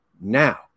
now